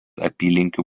apylinkių